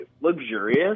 luxurious